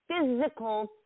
physical